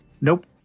Nope